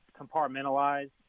compartmentalize